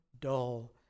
dull